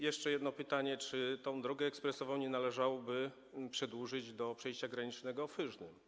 Jeszcze jedno pytanie: Czy tej drogi ekspresowej nie należałoby przedłużyć do przejścia granicznego w Hyżnem?